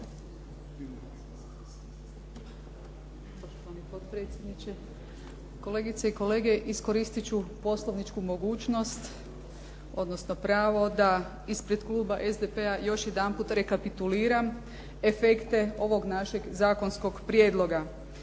kolegice i kolege. Iskoristit ću poslovničku mogućnost odnosno pravo da ispred kluba SDP-a još jedanput rekapituliram efekte ovog našeg zakonskog prijedloga.